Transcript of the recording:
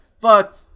fuck